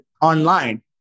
online